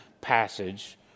passage